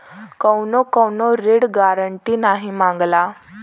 कउनो कउनो ऋण गारन्टी नाही मांगला